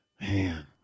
Man